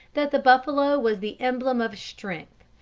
that the buffalo was the emblem of strength,